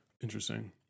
interesting